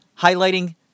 Highlighting